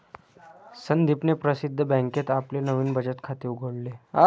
संदीपने प्रसिद्ध बँकेत आपले नवीन बचत खाते उघडले